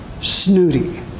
snooty